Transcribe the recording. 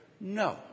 no